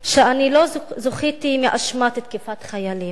שאני לא זוכיתי מאשמת תקיפת חיילים,